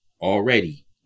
already